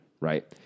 right